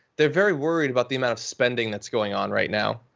they're very worried about the amount of spending that's going on right now.